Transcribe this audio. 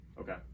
Okay